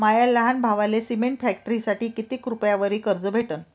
माया लहान भावाले सिमेंट फॅक्टरीसाठी कितीक रुपयावरी कर्ज भेटनं?